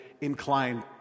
inclined